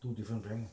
two different brand